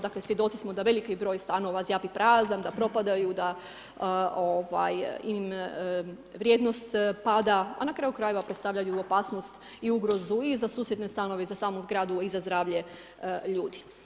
Dakle, svjedoci smo da veliki broj stanova zjapi prazan, da propadaju, da im vrijednost pada, a na kraju krajeva predstavljaju opasnost i ugrozu i za susjedne stanove i samu zgradu i za zdravlje ljudi.